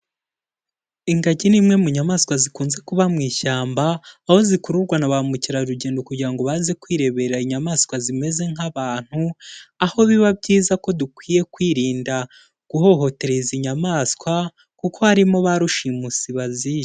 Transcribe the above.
Ingagi ni imwe mu nyamaswa zikunze kuba mu ishyamba, aho zikururwa na ba mukerarugendo kugira ngo baze kwirebera inyamaswa zimeze nk'abantu; aho biba byiza ko dukwiye kwirinda guhohotere izi inyamaswa kuko harimo ba rushimusi baziba.